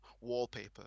wallpaper